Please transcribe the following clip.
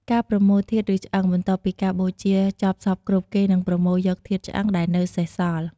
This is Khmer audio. ការប្រមូលធាតុ ឬឆ្អឹង បន្ទាប់ពីការបូជាចប់សព្វគ្រប់ គេនឹងប្រមូលយកធាតុឆ្អឹងដែលនៅសេសសល់។